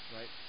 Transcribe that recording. Right